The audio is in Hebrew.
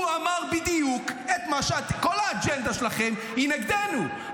הוא אמר בדיוק, כל האג'נדה שלכם היא נגדנו.